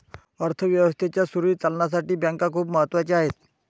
अर्थ व्यवस्थेच्या सुरळीत चालण्यासाठी बँका खूप महत्वाच्या आहेत